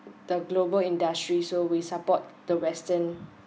the global industry so we support the western